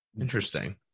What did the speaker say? interesting